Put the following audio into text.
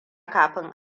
kafin